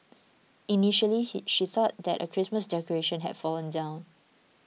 initially he she thought that a Christmas decoration had fallen down